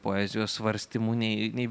poezijos svarstymų nei nei